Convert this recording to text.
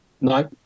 No